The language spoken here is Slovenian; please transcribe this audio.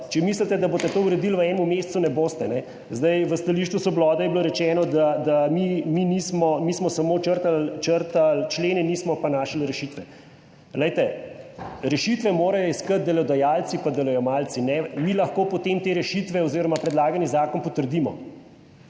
Če mislite, da boste to uredili v enem mesecu ne boste. Zdaj, v stališču Svobode je bilo rečeno, da mi, mi nismo, mi smo samo črtali, črtali člene, nismo pa našli rešitve, glejte, rešitve morajo iskati delodajalci pa delojemalci. Mi lahko, potem te rešitve oz. predlagani zakon potrdimo?